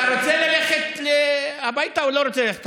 אתה רוצה ללכת הביתה או לא רוצה ללכת הביתה?